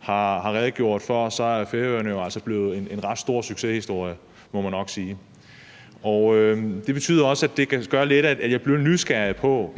har redegjort for, er blevet en ret stor succeshistorie, må man nok sige. Og det kan også lidt gøre, at jeg bliver nysgerrig på,